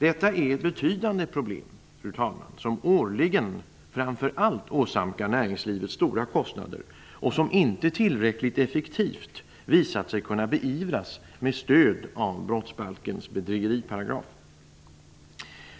Detta är ett betydande problem, fru talman, som årligen framför allt åsamkar näringslivet stora kostnader och som inte tillräckligt effektivt visat sig kunna beivras med stöd av brottsbalkens bedrägeriparagraf.